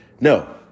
No